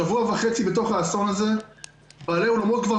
שבוע וחצי בתוך האסון הזה בעלי האולמות כבר